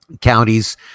counties